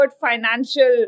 financial